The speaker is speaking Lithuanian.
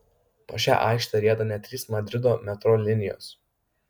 po šia aikšte rieda net trys madrido metro linijos